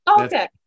Okay